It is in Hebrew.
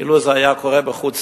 אילו זה היה קורה בחוץ-לארץ,